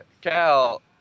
Cal